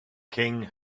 king